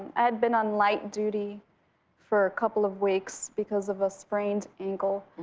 i had been on light duty for a couple of weeks because of a sprained ankle.